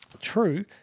True